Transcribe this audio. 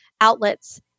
outlets